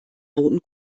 wurden